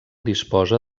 disposa